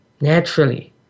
naturally